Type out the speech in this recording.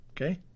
Okay